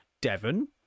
Devon